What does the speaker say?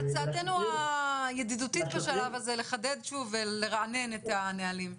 והצעתנו הידידותית בשלב הזה לחדד שוב ולרענן את הנהלים.